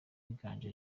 bigamije